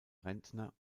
rentner